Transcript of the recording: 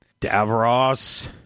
Davros